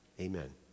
Amen